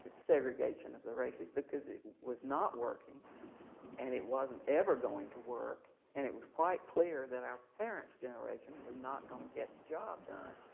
segregation of the races because it was not working and it wasn't ever going to work and it was quite clear that our parents generation was not going to get the job done,